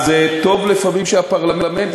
אז טוב לפעמים שהפרלמנט,